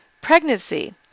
Pregnancy